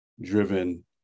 driven